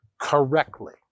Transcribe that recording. correctly